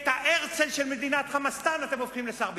את ההרצל של מדינת חמאסטן אתם הופכים לשר ביטחון.